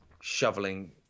shoveling